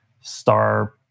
star